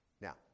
Now